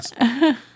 Yes